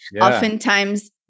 oftentimes-